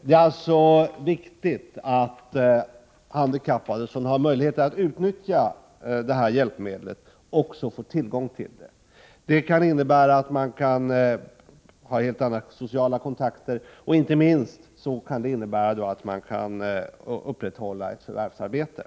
Det är alltså viktigt att handikappade som har möjligheter att utnyttja detta hjälpmedel också får tillgång till det. Det kan innebära att de handikappade kan ha helt andra sociala kontakter än vad som annars skulle vara möjligt och att de, inte minst, kan upprätthålla ett förvärvsarbete.